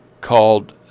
called